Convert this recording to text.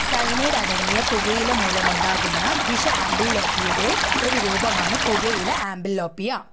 cyanide അടങ്ങിയ പുകയില മൂലമുണ്ടാകുന്ന വിഷ ആംബ്ലിയോപിയയുടെ ഒരു രൂപമാണ് പുകയില ആംബ്ലിയോപിയ